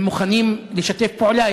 הם מוכנים לשתף פעולה,